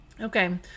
okay